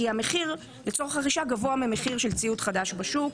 המחיר לצורך הרכישה היה גבוה מהמחיר של ציוד חדש בשוק.